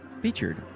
featured